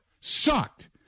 Sucked